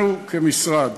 לנו כמשרד,